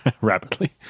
rapidly